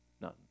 None